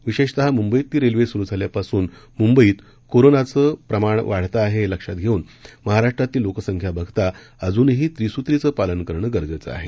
विशेषतः मुंबईतली रेल्वे सुरु झाल्यापासून मुंबईमधे कोरोनाचं वाढतं प्रमाण लक्षात घेऊन महाराष्ट्रातली लोकसंख्या बघता अजूनही त्रिसूत्रीचं पालन करणं गरजेचं आहे